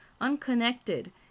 unconnected